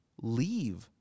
leave